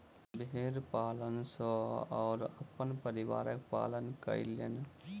भेड़ पालन सॅ ओ अपन परिवारक पालन कयलैन